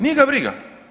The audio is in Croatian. Nije ga briga.